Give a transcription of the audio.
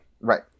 Right